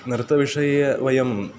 नृत्तविषये वयं